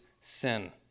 sin